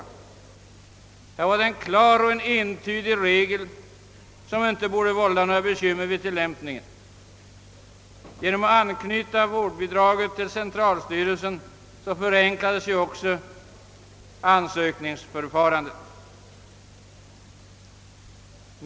I detta cirkulär fanns en klar och entydig regel, som inte borde vålla några bekymmer vid tillämpningen. Genom att anknyta vårdbidragen till centralstyrelse förenklades också ansökningsförfarandet.